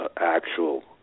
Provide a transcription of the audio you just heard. actual